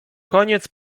koniec